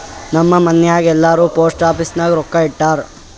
ನಮ್ ಮನ್ಯಾಗ್ ಎಲ್ಲಾರೂ ಪೋಸ್ಟ್ ಆಫೀಸ್ ನಾಗ್ ರೊಕ್ಕಾ ಇಟ್ಟಾರ್